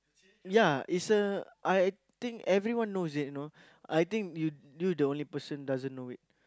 ya is a I think everyone knows it know I think you the only person that doesn't know it